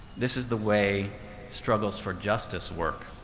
this is the way struggles for justice work.